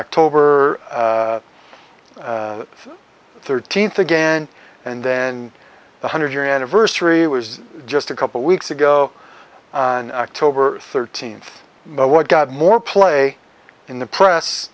october thirteenth again and then the hundred year anniversary was just a couple weeks ago on october thirteenth but what got more play in the press